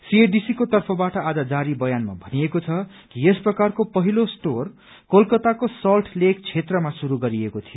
सीएडीसीको तर्फबाट आज जारी बयानमा भनिएको छ कि यस प्रकारको पछिलो स्टोर कलकताको सल्ट लेक क्षेत्रमा शुरू गरिएको थियो